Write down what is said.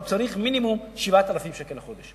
הוא צריך מינימום 7,000 שקל לחודש.